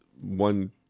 one